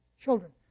children